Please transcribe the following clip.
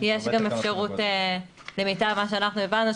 למיטב הבנתנו,